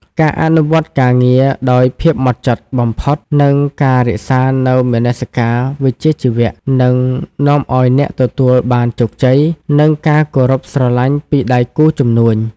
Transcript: ការអនុវត្តការងារដោយភាពហ្មត់ចត់បំផុត និងការរក្សានូវមនសិការវិជ្ជាជីវៈ នឹងនាំឱ្យអ្នកទទួលបានជោគជ័យ និងការគោរពស្រឡាញ់ពីដៃគូជំនួញ។